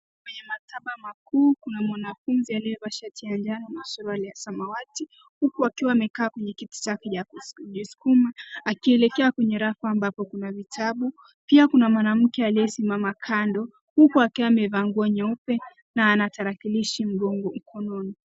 Kwenye maktaba makuu, kuna mwanafunzi aliyevaa shati ya njano na suruali ya samawati, huku akiwa amekaa kwenye kiti chake cha kujisukuma akielekea kwenye rafu ambapo kuna vitabu. Pia kuna mwanamke aliyesimama kando huku akiwa amevaa nguo nyeupe na ana tarakilishi mkononi.